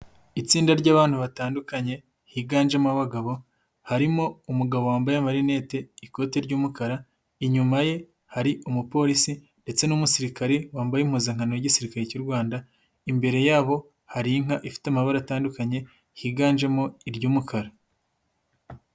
Itsinda ry'abantu batandukanye higanjemo abagabo, harimo umugabo wambaye amarinete ikoti ry'umukara inyuma ye hari umupolisi ndetse n'umusirikare wambaye impuzankano y'igisirikare cy'u Rwanda, imbere yabo hari inka ifite amabara atandukanye higanjemo iry'umukara.